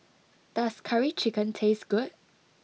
does Curry Chicken taste good